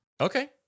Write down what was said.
Okay